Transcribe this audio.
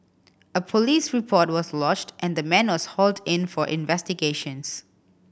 a police report was lodged and the man was hauled in for investigations